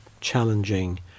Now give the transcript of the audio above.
challenging